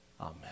Amen